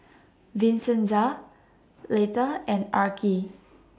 Vincenza Leitha and Arkie